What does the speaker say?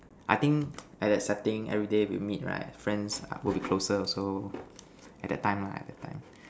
I think at that setting everyday we meet right friends are will be closer also at that time lah at that time